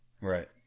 Right